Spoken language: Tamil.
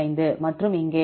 5 மற்றும் இங்கே